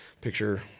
picture